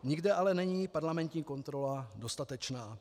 Nikde ale není parlamentní kontrola dostatečná.